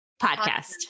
Podcast